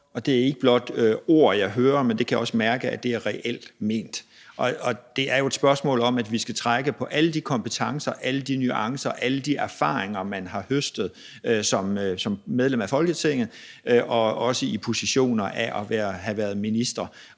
Det er ikke blot ord, jeg hører, men jeg kan også mærke, at det er reelt ment. Det er jo et spørgsmål om, at vi skal trække på alle de kompetencer og alle de nuancer og alle de erfaringer, man har høstet som medlem af Folketinget og også i positioner af at have været ministre